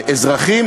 לאזרחים: